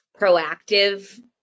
proactive